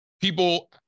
People